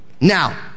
Now